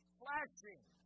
flashing